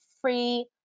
free